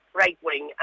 right-wing